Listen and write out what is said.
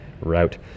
route